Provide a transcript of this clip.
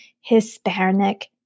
Hispanic